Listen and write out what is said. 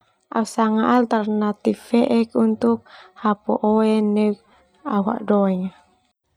Ah sanga alternatif feek untuk hapu oe neu au hadoe nga.